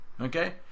okay